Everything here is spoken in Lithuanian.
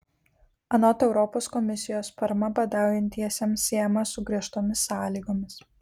anot europos komisijos parama badaujantiesiems siejama su griežtomis sąlygomis